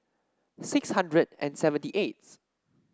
six hundred and seventy eighth